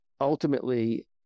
ultimately